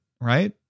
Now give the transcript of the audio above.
Right